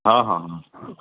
ହଁ ହଁ ହଁ